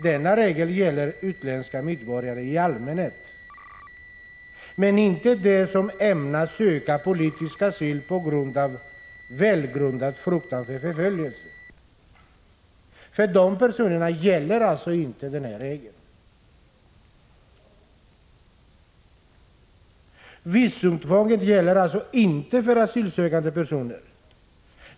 Denna regel gäller utländska medborgare i allmänhet men inte dem som ämnar söka politisk asyl på grund av välgrundad fruktan för förföljelse. För dessa personer gäller alltså inte denna regel. Visumtvånget gäller alltså inte för asylsökande personer.